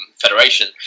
Federation